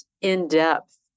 in-depth